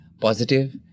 positive